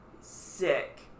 sick